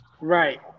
Right